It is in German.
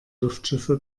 luftschiffe